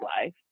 life